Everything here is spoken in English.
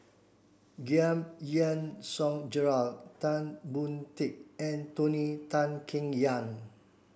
Giam Yean Song Gerald Tan Boon Teik and Tony Tan Keng Yam